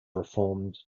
reformed